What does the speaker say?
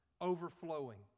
overflowing